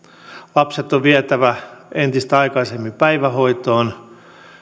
lapset on vietävä entistä aikaisemmin päivähoitoon